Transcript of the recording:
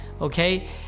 okay